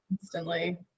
Instantly